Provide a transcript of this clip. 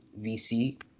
VC